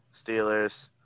Steelers